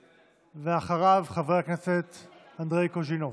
ואחריו, חבר הכנסת אנדרי קוז'ינוב.